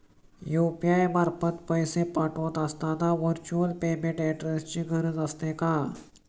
UPI मार्फत पैसे पाठवत असताना व्हर्च्युअल पेमेंट ऍड्रेसची गरज असते का?